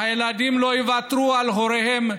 והילדים לא יוותרו על הוריהם,